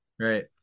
Right